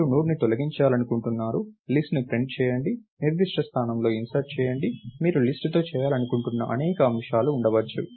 మీరు నోడ్ను తొలగించాలనుకుంటున్నారు లిస్ట్ ను ప్రింట్ చేయండి నిర్దిష్ట స్థానంలో ఇన్సర్ట్ చేయండి మీరు లిస్ట్ తో చేయాలనుకుంటున్న అనేక అంశాలు ఉండవచ్చు